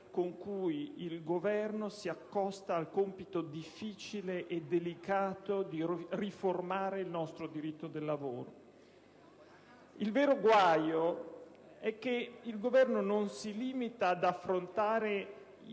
con cui vi accostate al compito difficile e delicato di riformare il nostro diritto del lavoro. Il vero guaio è che non vi limitate a non affrontare